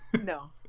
No